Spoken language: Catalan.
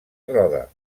roda